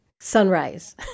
Sunrise